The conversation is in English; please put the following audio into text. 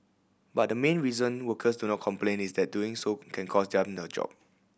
but the main reason workers do not complain is that doing so can cost them their job